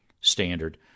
standard